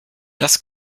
das